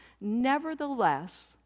nevertheless